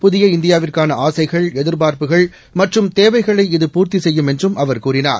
புதிய இந்தியாவிற்கான ஆசைகள் எதிர்பார்ப்புகள் மற்றும் தேவைகளை இது பூர்த்தி செய்யும் என்றும் அவர் கூறினார்